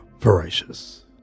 voracious